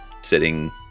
sitting